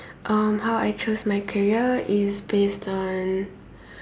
uh how I chose my career is based on